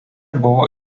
buvo